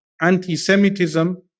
anti-Semitism